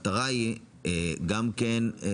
אנחנו מדברים כרגע על